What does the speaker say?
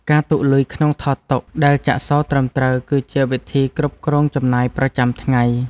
ការទុកលុយក្នុងថតតុដែលចាក់សោត្រឹមត្រូវ គឺជាវិធីគ្រប់គ្រងចំណាយប្រចាំថ្ងៃ។